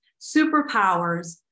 superpowers